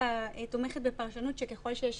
דווקא תומכת בפרשנות שככול שיש